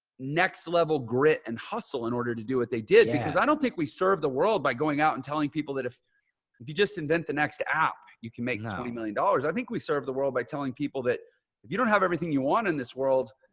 next level grit and hustle in order to do what they did. because i don't think we serve the world by going out and telling people that if if you just invent the next app, you can make twenty million dollars. i think we serve the world by telling people that if you don't have everything you want in this world,